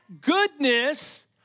goodness